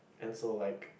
and so like